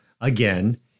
again